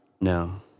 No